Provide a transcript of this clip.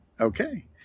okay